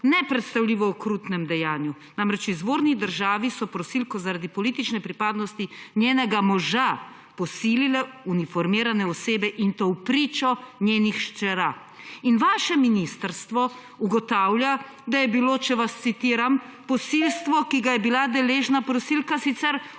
nepredstavljivo okrutnem dejanju. Namreč, v izvorni državi so prosilko zaradi politične pripadnosti njenega moža posilile uniformirane osebe, in to vpričo njenih hčera. In vaše ministrstvo ugotavlja, da je bilo, če vas citiram, »posilstvo, ki ga je bila deležna prosilka, sicer